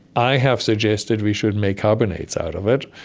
i have suggested we should make carbonates out of it.